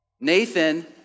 Nathan